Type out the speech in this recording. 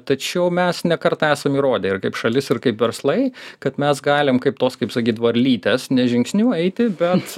tačiau mes ne kartą esam įrodę ir kaip šalis ir kaip verslai kad mes galim kaip tos kaip sakyt varlytės ne žingsniu eiti bet